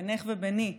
בינך וביני,